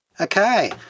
Okay